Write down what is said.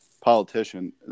politician